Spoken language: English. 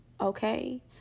Okay